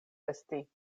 esti